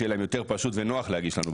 שיהיה להם יותר פשוט ונוח להגיש לנו.